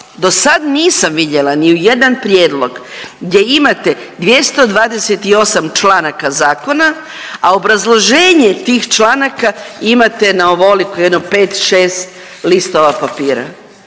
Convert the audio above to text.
do sad nisam vidjela ni jedan prijedlog gdje imate 228. članaka zakona, a obrazloženje tih članaka imate na ovoliko, jedno pet, šest listova papira.